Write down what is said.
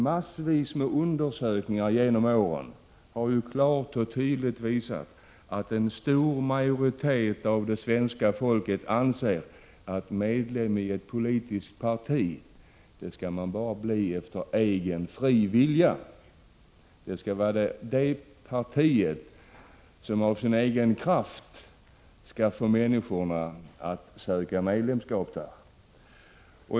Massvis med undersökningar genom åren har klart och tydligt visat att en stor majoritet av det svenska folket anser att medlem i ett politiskt parti skall man bara bli av egen fri vilja. Partiet skall av egen kraft få människorna att söka medlemskap.